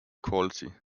quality